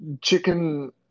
Chicken